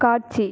காட்சி